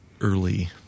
early